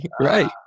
Right